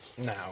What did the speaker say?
now